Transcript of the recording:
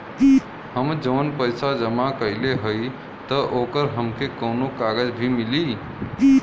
हम जवन पैसा जमा कइले हई त ओकर हमके कौनो कागज भी मिली?